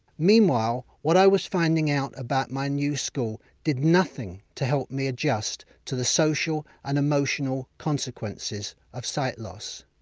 meanwhile, what i was finding out about my new school did nothing to help me adjust to the social and emotional consequences of sight loss.